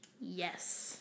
Yes